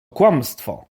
kłamstwo